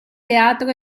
teatro